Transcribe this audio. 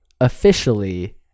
officially